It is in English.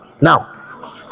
Now